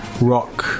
rock